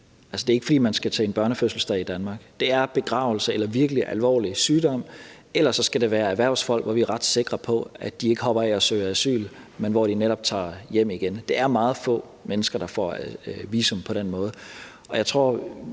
det sker ikke, fordi man skal til en børnefødselsdag i Danmark. Det gælder begravelse eller virkelig alvorlig sygdom, og ellers skal det være erhvervsfolk, hvor vi er ret sikre på, at de ikke hopper af og søger asyl, men hvor de netop tager hjem igen. Det er meget få mennesker, der får visum på den måde. Og jeg tror,